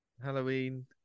Halloween